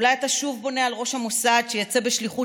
אולי אתה שוב בונה על ראש המוסד שיצא בשליחות